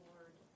Lord